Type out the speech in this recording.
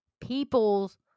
Peoples